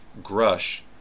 Grush